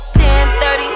10:30